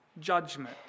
Judgment